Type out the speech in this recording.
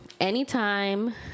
Anytime